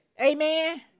Amen